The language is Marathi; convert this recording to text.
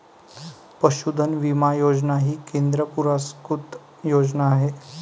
पशुधन विमा योजना ही केंद्र पुरस्कृत योजना आहे